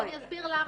ואני אסביר למה.